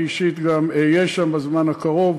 אני אישית גם אהיה שם בזמן הקרוב.